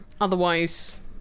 otherwise